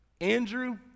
Andrew